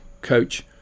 coach